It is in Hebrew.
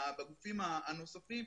בגופים הנוספים,